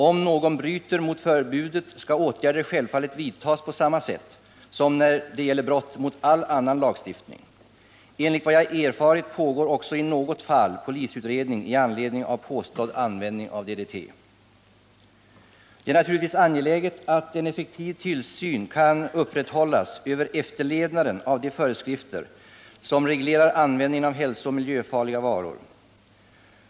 Om någon bryter mot förbudet skall åtgärder självfallet vidtas på samma sätt som när det gäller brott mot all annan lagstiftning. Enligt vad jag erfarit pågår också i något fall polisutredning i anledning av påstådd användning av DDT. Det är naturligtvis angeläget att en effektiv tillsyn kan upprätthållas över efterlevnaden av de föreskrifter som reglerar användningen av hälsooch miljöfarliga varor.